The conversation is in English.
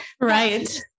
right